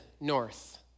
north